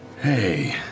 hey